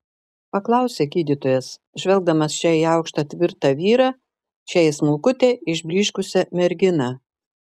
paklausė gydytojas žvelgdamas čia į aukštą tvirtą vyrą čia į smulkutę išblyškusią merginą